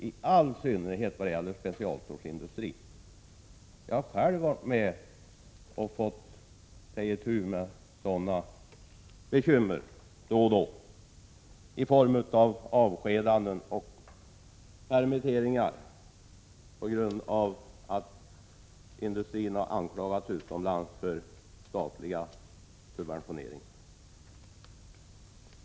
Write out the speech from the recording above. I all synnerhet gäller detta specialstålsindustrin. Jag har själv varit med om att få ta itu med sådana bekymmer då och då, i form av avskedanden och permitteringar på grund av att industrin har anklagats utomlands för statliga subventioneringar.